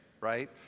Right